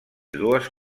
dues